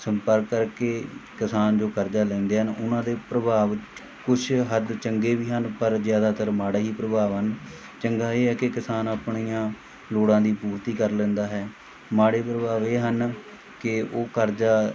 ਸੰਪਰਕ ਕਰਕੇ ਕਿਸਾਨ ਜੋ ਕਰਜ਼ਾ ਲੈਂਦੇ ਹਨ ਉਹਨਾਂ ਦੇ ਪ੍ਰਭਾਵ ਕੁਛ ਹੱਦ ਚੰਗੇ ਵੀ ਹਨ ਪਰ ਜ਼ਿਆਦਾਤਰ ਮਾੜਾ ਹੀ ਪ੍ਰਭਾਵ ਹਨ ਚੰਗਾ ਇਹ ਹੈ ਕਿ ਕਿਸਾਨ ਆਪਣੀਆਂ ਲੋੜਾਂ ਦੀ ਪੂਰਤੀ ਕਰ ਲੈਂਦਾ ਹੈ ਮਾੜੇ ਪ੍ਰਭਾਵ ਇਹ ਹਨ ਕਿ ਉਹ ਕਰਜ਼ਾ